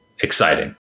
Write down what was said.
exciting